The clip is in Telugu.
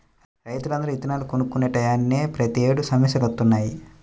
రైతులందరూ ఇత్తనాలను కొనుక్కునే టైయ్యానినే ప్రతేడు సమస్యలొత్తన్నయ్